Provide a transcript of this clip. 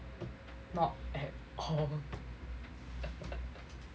not at all